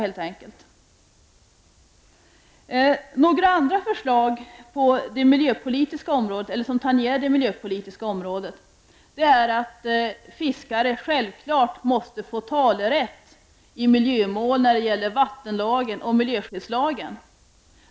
Ett förslag som tangerar det miljöpolitiska området är att fiskare självklart måste få talerätt i miljömål enligt vattenlagen och miljöskyddslagen.